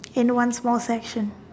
in one small session